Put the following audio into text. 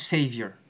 Savior